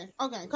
Okay